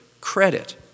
credit